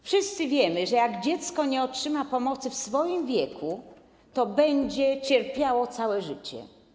Wszyscy wiemy, że jak dziecko nie otrzyma pomocy w swoim wieku, to będzie cierpiało całe życie.